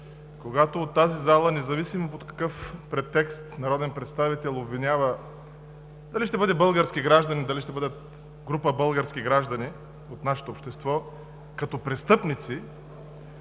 Когато от тази зала, независимо под какъв претекст народен представител обвинява – дали ще бъде български гражданин, дали ще бъдат група български граждани от нашето общество като престъпници,